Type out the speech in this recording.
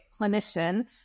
clinician